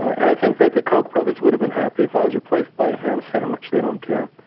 and i think that the cocoa that would've unhappy if i was replaced by him so how much they don't care